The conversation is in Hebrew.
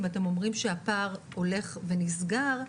אם אתם אומרים שהפער הולך ונסגר,